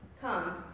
comes